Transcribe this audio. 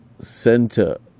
center